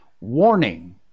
warning